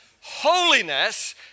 Holiness